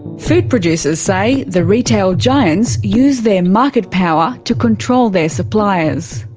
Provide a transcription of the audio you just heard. food producers say the retail giants use their market power to control their suppliers.